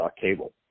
Cable